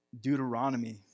Deuteronomy